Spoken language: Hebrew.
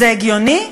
זה הגיוני?